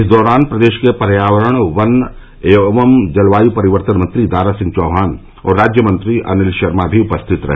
इस दौरान प्रदेश के पर्यावरण वन एवं जलवायु परिवर्तन मंत्री दारा सिंह चौहान और राज्य मंत्री अनिल शर्मा भी उपस्थित रहे